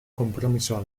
konpromisoa